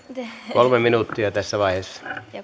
kolme minuuttia tässä vaiheessa